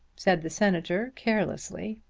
said the senator, carelessly.